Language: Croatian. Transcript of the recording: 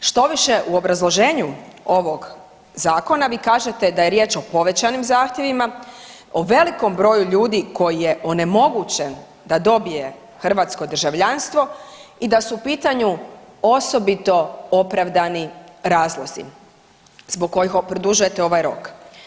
Štoviše, u obrazloženju ovog Zakona vi kažete da je riječ o povećanim zahtjevima, o veliko broju ljudi koji je onemogućen da dobije hrvatsko državljanstvo i da su u pitanju osobito opravdani razlozi zbog kojih produžujete ovaj rok.